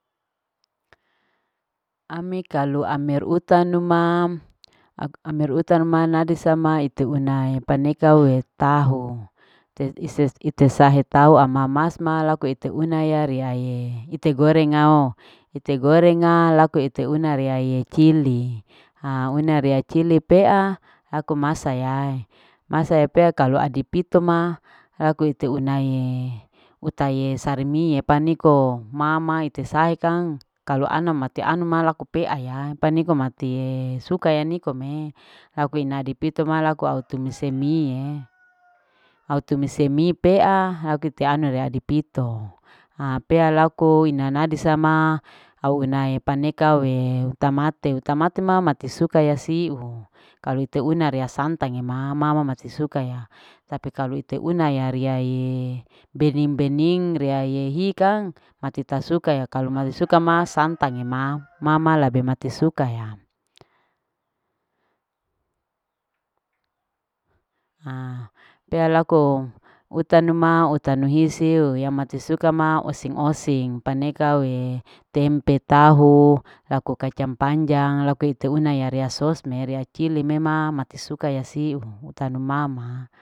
Ami kalu tapi kalu amir utanu mam laku amir utanu ma ite unae paneka aue tahu te ise ite sahe tauwa ama masma laku ite una ma riaye ite gorengao. ite gorengao lako ite una iaie cili ha una rea cili ha au una rea cili pea laku masa ya masa ya pea kalu adipito ma laku te unae utae sarimie paniko mamae ite sae kang kalu ana mate anu kang laku pea ya paniko matie suka ya nikome lauku ina dipito ma laku au tumiss mie au tumise mie pea au te anu rea dipito ha pealaku ina nadi sama au unae paneka. au unae utamate. utamate mama mate suka yasiu kau ite una rea santgem mama masi sukaya tapi kalu ite una rariae bening. bening riaie ikang mati tasuka ya kalu masi sukaya masa santage mama labe mati suka ya aa pea aku utanu ma utanu hisio yamati suka ma oseng. oseng paneka aue tempe tahu laku kacang panjang, laku ite una ya rea sos me rea cili mema mati sukaya siu utanu mama.